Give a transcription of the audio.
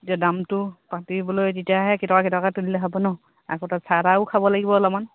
এতিয়া দামটো পাতিবলৈ তেতিয়াহে কেইটকা কেইটকাকৈ তুলিলে হ'ব ন আকৌ তাত চাহ তাহও খাব লাগিব অলপমান